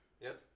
Yes